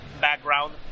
background